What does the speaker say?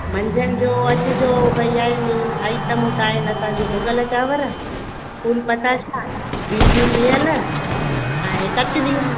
मंझंदि जो अॼु जो भई आहिनि आइटम तव्हांजे में तव्हांजो भुॻल चांवर फूल पताशा भींडियूं सेअल ऐं कचरियूं